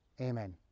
Amen